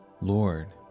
Lord